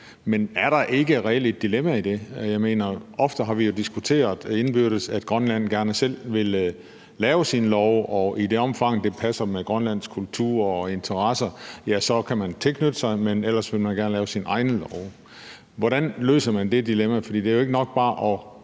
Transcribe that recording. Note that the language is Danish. Men er der ikke reelt et dilemma i det? Vi har jo ofte diskuteret indbyrdes, at Grønland gerne selv vil lave sine love, og at man i det omfang, det passer med grønlandsk kultur og interesser, kan tilknytte sig, men at man ellers gerne vil lave sine egne love. Hvordan løser man det dilemma? For det er jo ikke nok bare at